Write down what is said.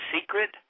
Secret